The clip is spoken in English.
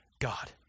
God